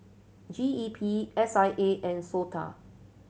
G E P S I A and SOTA